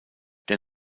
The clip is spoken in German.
der